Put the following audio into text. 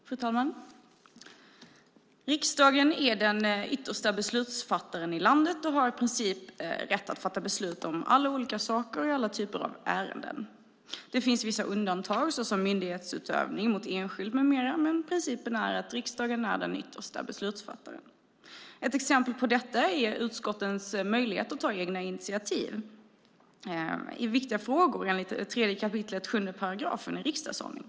Fru talman! Riksdagen är den yttersta beslutsfattaren i landet och har i princip rätt att fatta beslut om alla olika saker och i alla typer av ärenden. Det finns vissa undantag såsom myndighetsutövning mot enskild med mera, men principen är att riksdagen är den yttersta beslutsfattaren. Ett exempel på detta är utskottens möjlighet till att ta egna initiativ i viktiga frågor enligt 3 kap. 7 § i riksdagsordningen.